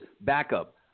backup